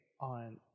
on